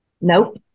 Nope